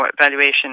valuation